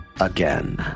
again